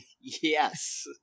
Yes